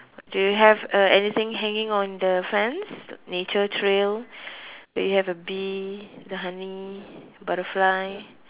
do you have a anything hanging on the fence nature trail do you have a bee the honey butterfly